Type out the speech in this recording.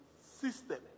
system